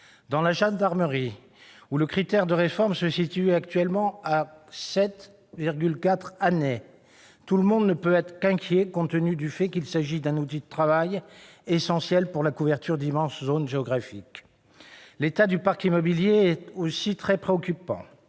Dans la gendarmerie, où le critère de réforme se situe actuellement à 7,4 années, tout le monde ne peut qu'être inquiet, car cet outil de travail est essentiel pour la couverture d'immenses zones géographiques. L'état du parc immobilier est aussi très préoccupant.